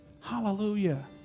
Hallelujah